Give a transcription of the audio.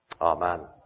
amen